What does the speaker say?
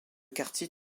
quartier